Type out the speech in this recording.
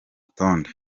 rutonde